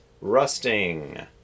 rusting